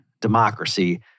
democracy